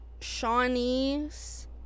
Shawnees